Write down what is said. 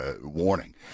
warning